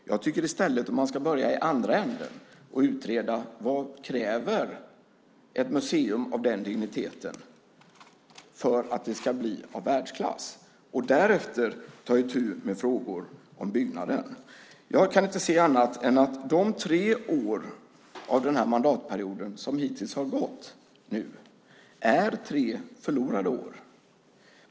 Jag tycker i stället att man ska börja i andra änden och utreda vad ett museum av den digniteten kräver för att det ska bli av världsklass och därefter ta itu med frågor om byggnaden. Jag kan inte se annat än att de tre år av mandatperioden som hittills har gått är tre förlorade år.